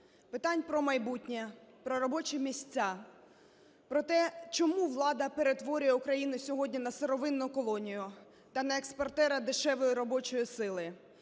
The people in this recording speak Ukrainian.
питань про майбутнє, про робочі місця, про те, чому влада перетворює Україну сьогодні на сировинну колонію та на експортера дешевої робочої сили,